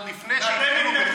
עוד לפני שהתחילו בכלל,